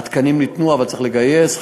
התקנים ניתנו, אבל צריך לגייס.